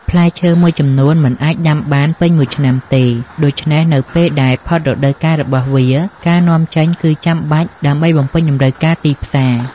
ផ្លែឈើមួយចំនួនមិនអាចដាំបានពេញមួយឆ្នាំទេ ដូច្នេះនៅពេលដែលផុតរដូវកាលរបស់វា ការនាំចូលគឺចាំបាច់ដើម្បីបំពេញតម្រូវការទីផ្សារ។